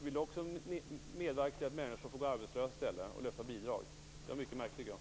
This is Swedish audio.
Vill Per Rosengren alltså medverka till att människor i stället får gå arbetslösa och lyfta bidrag? Det vore mycket märkligt.